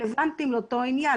שרלוונטיים לאותו עניין.